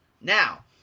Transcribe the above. Now